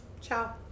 Ciao